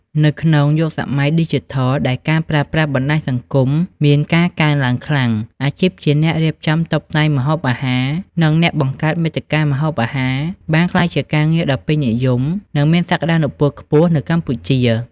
នៅក្នុងយុគសម័យឌីជីថលដែលការប្រើប្រាស់បណ្តាញសង្គមមានការកើនឡើងខ្លាំង អាជីពជាអ្នករៀបចំតុបតែងម្ហូបអាហារ និងអ្នកបង្កើតមាតិកាម្ហូបអាហារ បានក្លាយជាការងារដ៏ពេញនិយម និងមានសក្តានុពលខ្ពស់នៅកម្ពុជា។